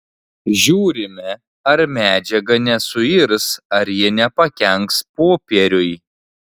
žiūrime ar medžiaga nesuirs ar ji nepakenks popieriui